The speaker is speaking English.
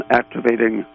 activating